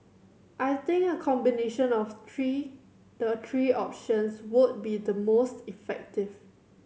I think a combination of three the three options would be the most effective